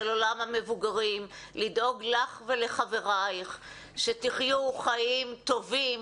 של עולם המבוגרים לדאוג לך ולחבריך שתחיו חיים טובים